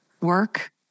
work